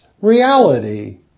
reality